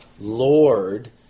Lord